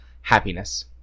happiness